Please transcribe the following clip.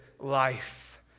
life